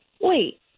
Wait